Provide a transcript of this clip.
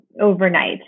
overnight